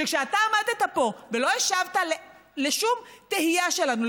שכשאתה אתה עמדת פה ולא השבת לשום תהייה שלנו,